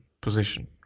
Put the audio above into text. position